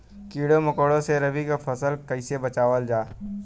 कीड़ों मकोड़ों से रबी की फसल के कइसे बचावल जा?